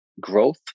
growth